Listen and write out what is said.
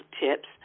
tips